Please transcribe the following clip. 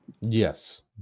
Yes